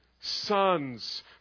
Sons